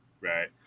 right